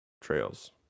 trails